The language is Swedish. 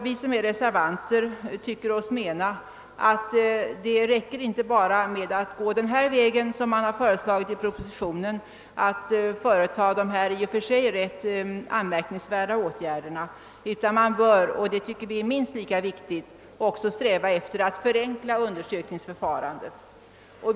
Vi reservanter menar att det inte räcker med att man går den väg som man har föreslagit i propositionen genom att företa dessa i och för sig rätt anmärkningsvärda åtgärder, utan man bör, vilket vi tycker är minst lika viktigt, också sträva efter att förenkla undersökningsförfarandet.